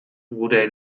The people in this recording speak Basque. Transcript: gure